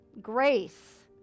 grace